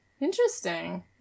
Interesting